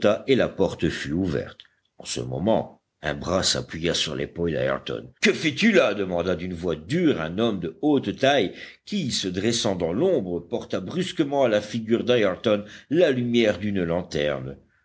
et la porte fut ouverte en ce moment un bras s'appuya sur l'épaule d'ayrton que fais-tu là demanda d'une voix dure un homme de haute taille qui se dressant dans l'ombre porta brusquement à la figure d'ayrton la lumière d'une lanterne